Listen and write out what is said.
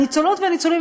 הניצולות והניצולים,